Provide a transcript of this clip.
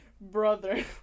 Brother